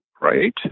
right